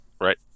Right